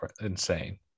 insane